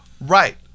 Right